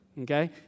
okay